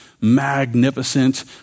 magnificent